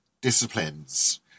disciplines